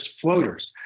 floaters